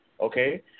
okay